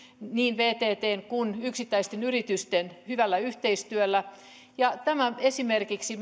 niin vttn kuin yksittäisten yritysten hyvällä yhteistyöllä tämä esimerkiksi